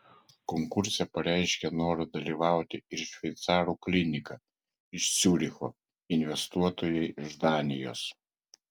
konkurse pareiškė norą dalyvauti ir šveicarų klinika iš ciuricho investuotojai iš danijos